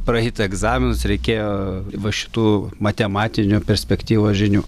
praeiti egzaminus reikėjo va šitų matematinių perspektyvos žinių